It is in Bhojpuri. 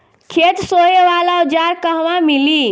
खेत सोहे वाला औज़ार कहवा मिली?